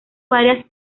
varias